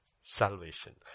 salvation